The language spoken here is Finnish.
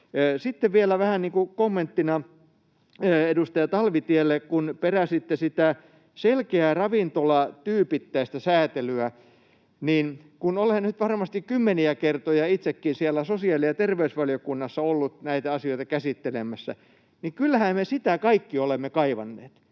Sitten vielä vähän niin kuin kommenttina edustaja Talvitielle, kun peräsitte sitä selkeää ravintolatyypeittäistä säätelyä, että kun olen nyt varmasti kymmeniä kertoja itsekin siellä sosiaali- ja terveysvaliokunnassa ollut näitä asioita käsittelemässä, niin kyllähän me sitä kaikki olemme kaivanneet.